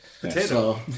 Potato